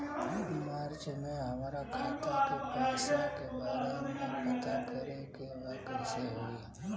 मार्च में हमरा खाता के पैसा के बारे में पता करे के बा कइसे होई?